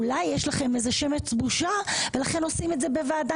אולי יש לכם איזה שמץ בושה ולכן עושים את זה בוועדה